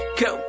go